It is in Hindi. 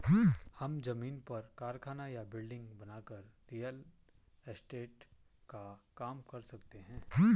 हम जमीन पर कारखाना या बिल्डिंग बनाकर रियल एस्टेट का काम कर सकते है